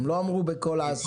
הם לא אמרו שהוא פחת בכל העשור.